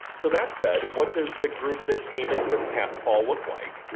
so that said what does the group that came in this past fall look like?